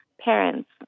parents